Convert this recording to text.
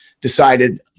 decided